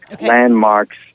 Landmarks